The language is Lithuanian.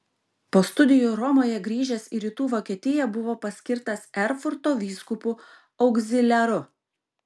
po studijų romoje grįžęs į rytų vokietiją buvo paskirtas erfurto vyskupu augziliaru